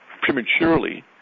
prematurely